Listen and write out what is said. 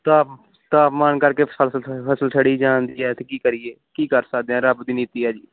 ਤਾਪ ਤਾਪਮਾਨ ਕਰਕੇ ਫਸਲ ਸੜੀ ਜਾਣਦੀ ਐਤਕੀ ਕਰੀਏ ਕੀ ਕਰ ਸਕਦੇ ਹਾਂ ਰੱਬ ਦੀ ਨੀਤੀ ਹੈ ਜੀ